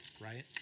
right